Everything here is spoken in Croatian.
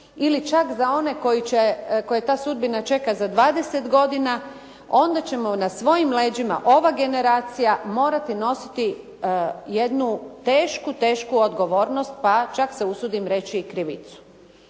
ili čak za one koje ta sudbina čeka za 20 godina, onda ćemo na svojim leđima ova generacija morati nositi jednu tešku, tešku odgovornost, pa čak se usudim reći i krivicu.